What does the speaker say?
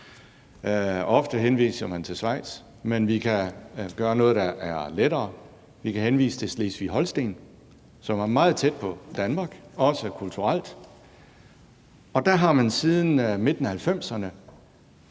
Ofte henviser man til Schweiz, men vi kan gøre noget, der er lettere – vi kan henvise til Slesvig-Holsten, som er meget tæt på Danmark, også kulturelt. Der har man siden midten af 1990'erne